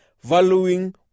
valuing